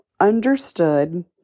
understood